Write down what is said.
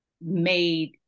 made